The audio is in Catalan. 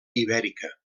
ibèrica